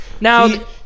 now